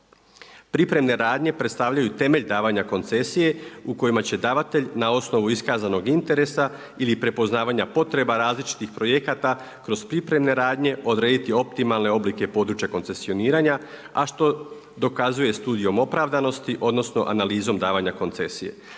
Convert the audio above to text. Pripremne radnje predstavljaju temelj davanja koncesije u kojima će davatelj na osnovu iskazanog interesa ili prepoznavanja potreba različitih projekata kroz pripremne radnje odrediti optimalne oblike područja koncesioniranja, a što dokazuje studijom opravdanosti odnosno analizom davanja koncesije.